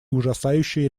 ужасающей